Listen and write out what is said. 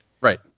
Right